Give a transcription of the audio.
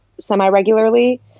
semi-regularly